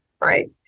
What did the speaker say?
right